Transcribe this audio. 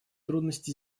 трудности